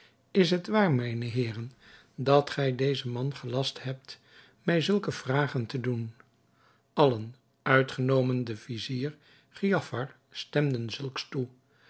is het waar mijne heeren dat gij dezen man gelast hebt mij zulke vragen te doen allen uitgenomen de vizier giafar stemden zulks toe